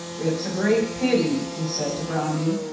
it's a great pity! he said to brownie.